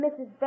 Mrs